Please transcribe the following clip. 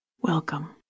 Welcome